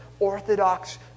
Orthodox